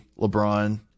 LeBron